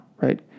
right